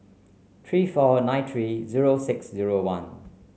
three four nine three zero six zero one